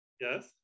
Yes